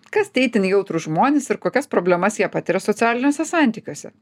kas tie itin jautrūs žmonės ir kokias problemas jie patiria socialiniuose santykiuose